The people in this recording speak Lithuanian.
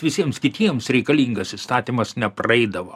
visiems kitiems reikalingas įstatymas nepraeidavo